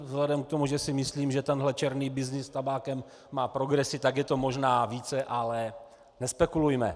Vzhledem k tomu, že si myslím, že tenhle černý byznys s tabákem má progresi, tak je to možná více, ale nespekulujme.